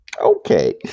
Okay